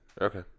Okay